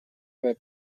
haver